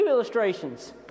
Illustrations